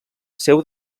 seu